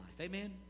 Amen